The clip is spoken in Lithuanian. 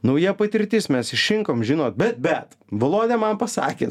nauja patirtis mes išrinkom žinot bet bet volodia man pasakė